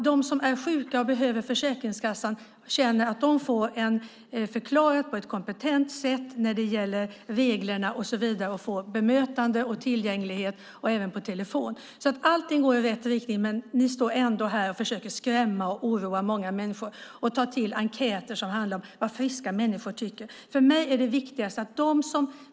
De som är sjuka och behöver Försäkringskassan känner att de får en förklaring på ett kompetent sätt när det gäller regler, bemötande och tillgänglighet, även på telefon, så allting går i rätt riktning. Ändå står ni här och försöker skrämma och oroa många människor och tar till enkäter som handlar om vad friska människor tycker.